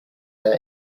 their